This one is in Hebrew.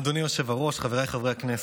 אדוני היושב-ראש, חבריי חברי הכנסת,